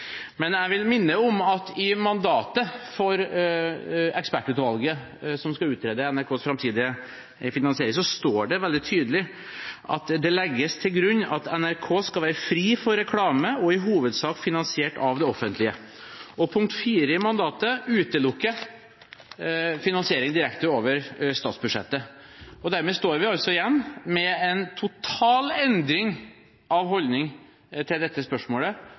Men jeg vil minne om at i mandatet for ekspertutvalget som skal utrede NRKs framtidige finansiering, står det veldig tydelig: «Det legges videre til grunn at NRK skal være fri for reklame og i hovedsak finansiert av det offentlige.» Punkt 4 i mandatet utelukker finansiering direkte over statsbudsjettet. Dermed står vi altså igjen med en total endring av holdning til dette spørsmålet